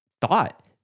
thought